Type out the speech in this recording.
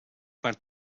per